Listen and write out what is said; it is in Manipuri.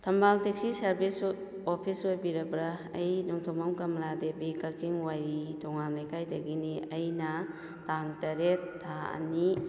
ꯊꯝꯕꯥꯜ ꯇꯦꯛꯁꯤ ꯁꯥꯔꯚꯤꯁ ꯑꯣꯐꯤꯁ ꯑꯣꯏꯕꯤꯔꯕ꯭ꯔꯥ ꯑꯩ ꯅꯣꯡꯊꯣꯝꯕꯝ ꯀꯃꯂꯥ ꯗꯦꯕꯤ ꯀꯛꯆꯤꯡ ꯋꯥꯏꯔꯤ ꯊꯣꯉꯥꯝ ꯂꯩꯀꯥꯏꯗꯒꯤꯅꯤ ꯑꯩꯅ ꯇꯥꯡ ꯇꯔꯦꯠ ꯊꯥ ꯑꯅꯤ